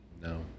No